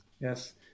Yes